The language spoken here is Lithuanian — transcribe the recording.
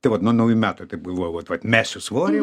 tai vat nuo naujų metų taip galvojau vat vat mesiu svorį